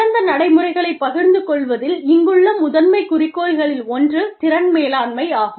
சிறந்த நடைமுறைகளைப் பகிர்ந்து கொள்வதில் இங்குள்ள முதன்மை குறிக்கோள்களில் ஒன்று திறன் மேலாண்மை ஆகும்